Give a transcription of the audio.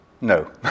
no